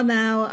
now